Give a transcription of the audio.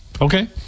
Okay